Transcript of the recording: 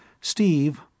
Steve